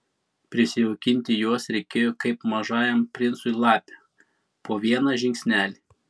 prisijaukinti juos reikėjo kaip mažajam princui lapę po vieną žingsnelį